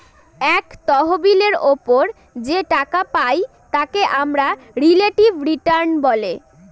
এক তহবিলের ওপর যে টাকা পাই তাকে আমরা রিলেটিভ রিটার্ন বলে